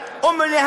אם כל התחלות,